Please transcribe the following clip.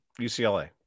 UCLA